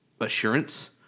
assurance